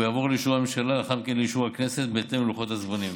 והוא יועבר לאישור הממשלה ולאחר מכן לאישור הכנסת בהתאם ללוחות הזמנים.